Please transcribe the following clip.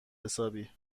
حسابی